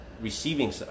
receiving